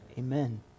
Amen